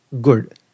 good